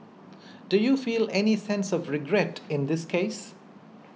do you feel any sense of regret in this case